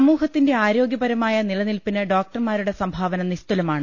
സമൂഹത്തിന്റെ ആരോഗൃപരമായ നിലനിൽപ്പിന് ഡോക്ടർമാ രുടെ സംഭാവന നിസ്തൂലമാണ്